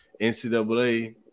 NCAA –